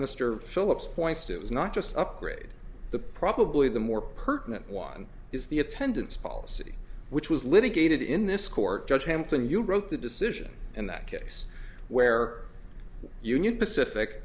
mr phillips points to is not just upgrade the probably the more pertinent one is the attendance policy which was litigated in this court judge hampton you wrote the decision in that case where union pacific